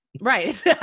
Right